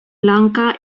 lanka